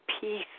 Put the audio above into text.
peace